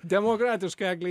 demokratiška eglė